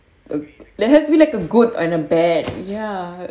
uh there have to be like a good and a bad ya